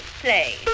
Play